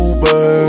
Uber